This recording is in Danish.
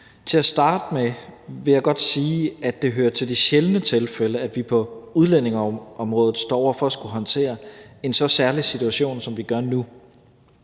Til at starte med vil jeg godt sige, at det hører til de sjældne tilfælde, at vi på udlændingeområdet står over for at skulle håndtere en så særlig situation, som vi gør nu.